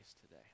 today